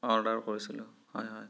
order কৰিছিলোঁ হয় হয়